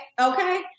okay